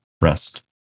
rest